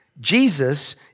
Jesus